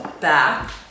back